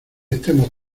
estemos